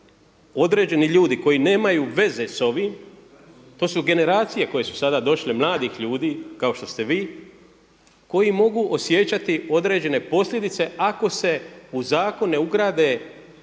određeni ljudi koji nemaju veze sa ovim, to su generacije koje su sada došle mladih ljudi kao što ste vi koji mogu osjećati određene posljedice ako se u zakon ne ugrade